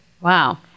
Wow